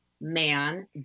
man